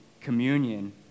communion